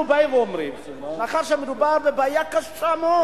אנחנו באים, מאחר שמדובר בבעיה קשה מאוד